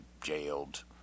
jailed